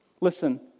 Listen